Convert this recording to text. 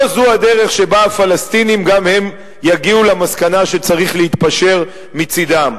לא זו הדרך שבה הפלסטינים גם הם יגיעו למסקנה שצריך להתפשר מצדם.